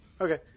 Okay